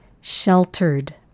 Sheltered